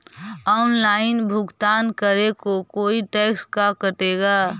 Online भुगतान करे को कोई टैक्स का कटेगा?